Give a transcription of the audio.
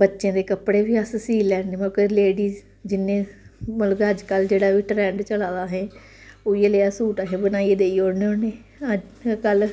बच्चें दे कपड़े बी अस सीऽ लैन्ने लेडीस जिन्ने मतलव कि अजकल्ल जेह्ड़ा वी ट्रेंड चला दा ऐहें उयै नेआं अस सूट असें बनाइयै देई ओड़ना अजकल्ल